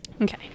Okay